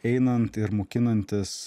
einant ir mokinantis